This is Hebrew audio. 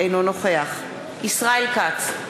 אינו נוכח ישראל כץ,